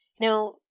Now